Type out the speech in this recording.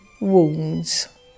Wounds